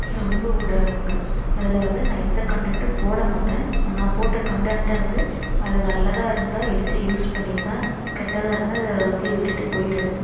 சமூக ஊடகங்கள் அதில் வந்து நான் எந்த கண்டன்ட்டும் போடமாட்டேன் ஆனால் போட்ட கண்டன்ட்டை வந்து அது நல்லதாக இருந்தால் எடுத்து யூஸ் பண்ணிப்பேன் கெட்டதாக இருந்தால் அதை அப்படியே விட்டுட்டு போயிடுவேன்